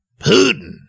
Putin